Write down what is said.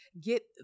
get